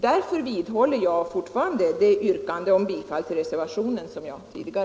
Därför vidhåller jag mitt yrkande om bifall till reservationen 2.